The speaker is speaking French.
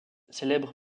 célèbre